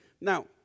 Now